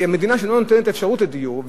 מדינה שלא נותנת אפשרות לדיור,